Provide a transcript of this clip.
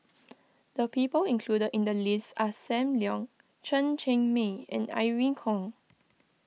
the people included in the list are Sam Leong Chen Cheng Mei and Irene Khong